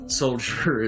soldier